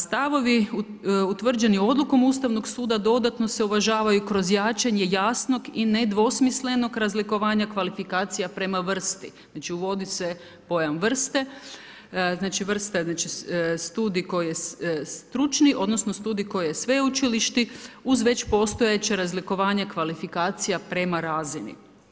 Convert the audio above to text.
Stavovi utvrđeni odlukom ustavnog suda dodatno se uvažavaju kroz jačanje jasnog i nedvosmislenog razlikovanja kvalifikacija prema vrsti, znači uvodi se pojam vrste, studij koji je stručni odnosno koji je sveučilišni uz već postojeće razlikovanje kvalifikacija prema razini.